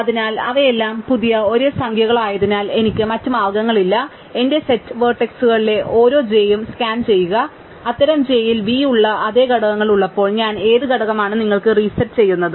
അതിനാൽ അവയെല്ലാം പുതിയ ഒരേ സംഖ്യകളായതിനാൽ എനിക്ക് മറ്റ് മാർഗ്ഗങ്ങളില്ല എന്റെ സെറ്റ് വെർട്ടീസുകളിലെ ഓരോ jയും സ്കാൻ ചെയ്യുക അത്തരം jയിൽ v ഉള്ള അതേ ഘടകങ്ങൾ ഉള്ളപ്പോൾ ഞാൻ ഏത് ഘടകമാണ് നിങ്ങൾക്ക് റീസെറ്റ് ചെയ്യുന്നത്